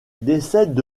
décède